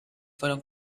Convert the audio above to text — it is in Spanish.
fueron